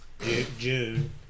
June